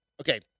okay